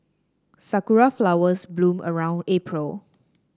sakura flowers bloom around April